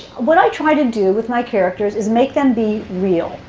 what i try to do with my characters is make them be real,